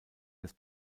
des